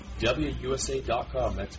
WUSA.com